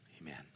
Amen